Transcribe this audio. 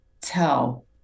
tell